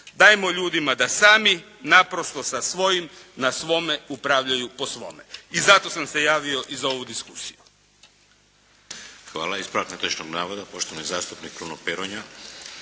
Dajmo ljudima da sami naprosto sa svojim na svome upravljaju po svome. I zato sam se javio i za ovu diskusiju.